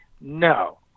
no